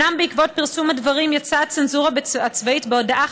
אומנם בעקבות פרסום הדברים יצאה הצנזורה הצבאית בהודעה